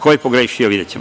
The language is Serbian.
Ko je pogrešio, videćemo.